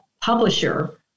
publisher